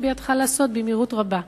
שבידך לעשות במהירות רבה.